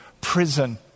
prison